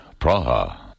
Praha